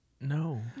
No